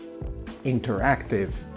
interactive